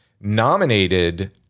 nominated